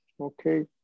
Okay